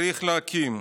צריך להקים?